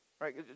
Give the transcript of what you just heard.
right